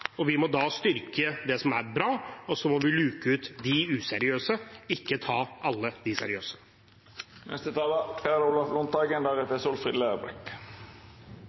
Vi må da styrke det som er bra, og luke ut de useriøse, ikke ta alle de seriøse.